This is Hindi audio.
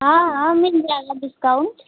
हाँ हाँ मिल जाएगा डिस्काउंट